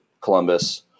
Columbus